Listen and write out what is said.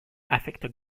affecte